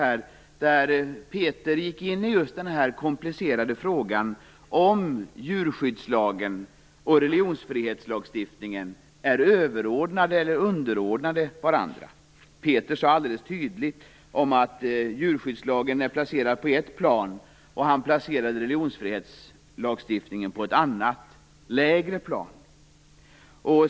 Peter Eriksson gick in på den komplicerade frågan om djurskyddslagen och religionsfrihetslagstiftningen är överordnade eller underordnade varandra. Han sade att djurskyddslagen ligger på ett plan medan religionsfrihetslagstiftningen ligger på ett annat och lägre plan.